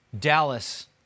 Dallas